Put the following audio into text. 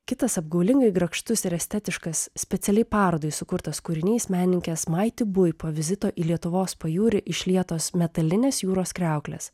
kitas apgaulingai grakštus ir estetiškas specialiai parodai sukurtas kūrinys menininkės maiti bui po vizito į lietuvos pajūrį išlietos metalinės jūros kriauklės